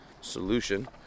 solution